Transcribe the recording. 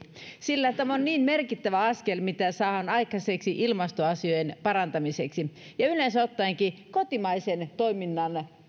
sillä tämä on niin merkittävä askel mitä saadaan aikaiseksi ilmastoasioiden parantamiseksi ja ja yleensä ottaen kotimaisen toiminnan ja